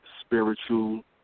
spiritual